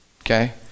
okay